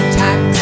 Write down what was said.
tax